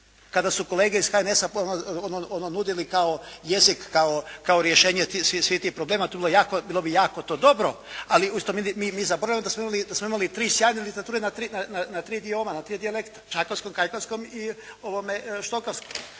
Kada su kolege iz HNS-a ono nudili kao jezi, kao rješenje svih tih problema. To bilo bi jako dobro. Ali mi zaboravljamo da smo imali tri sjajne literature na tri dioma, na tri dijalekta: čakavskom, kajkavskom i ovome štokavskom.